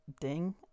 Ding